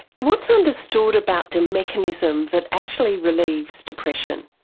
what's understood about the mechanism that actually relieves depression?